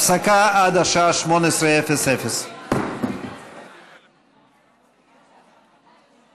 הפסקה עד השעה 18:00. (הישיבה נפסקה בשעה